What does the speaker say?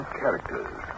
characters